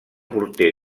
porter